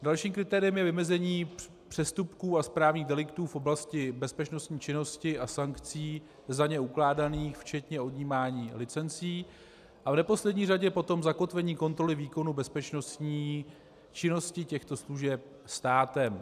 Dalším kritériem je vymezení přestupků a správních deliktů v oblasti bezpečnostní činnosti a sankcí za ně ukládaných, včetně odjímání licencí, a v neposlední řadě potom zakotvení kontroly výkonu bezpečnostní činnosti těchto služeb státem.